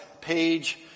page